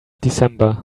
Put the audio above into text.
december